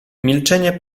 milczenie